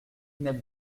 n’aime